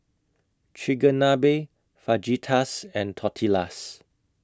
Chigenabe Fajitas and Tortillas